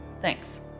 Thanks